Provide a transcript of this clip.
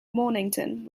mornington